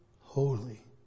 holy